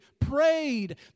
prayed